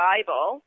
Bible